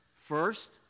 First